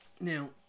Now